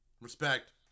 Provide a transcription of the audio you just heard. Respect